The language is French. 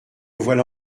voilà